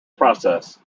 process